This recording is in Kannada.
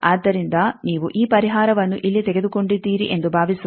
ಆದ್ದರಿಂದ ನೀವು ಈ ಪರಿಹಾರವನ್ನು ಇಲ್ಲಿ ತೆಗೆದುಕೊಂಡಿದ್ದೀರಿ ಎಂದು ಭಾವಿಸೋಣ